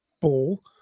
ball